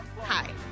Hi